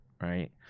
Right